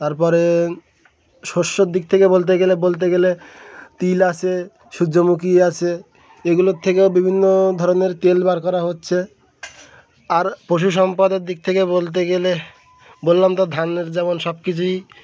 তারপরে শস্যর দিক থেকে বলতে গেলে বলতে গেলে তিল আসে সূর্যমুখী আসে এগুলোর থেকেও বিভিন্ন ধরনের তেল বার করা হচ্ছে আর পশু সম্পদের দিক থেকে বলতে গেলে বললাম তো ধানের যেমন সব কিছুই